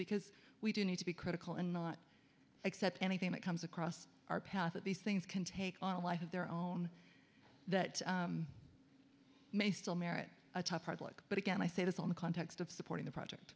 because we do need to be critical and not accept anything that comes across our path that these things can take on a life of their own that may still merit a tough problem but again i say this on the context of supporting the project